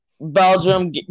Belgium